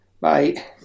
bye